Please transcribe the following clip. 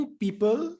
people